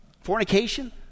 fornication